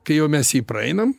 kai jau mes jį praeinam